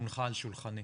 שהונחה על שולחני.